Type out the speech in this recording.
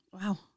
Wow